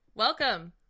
Welcome